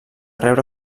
rebre